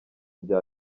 bya